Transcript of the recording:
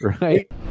right